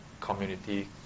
community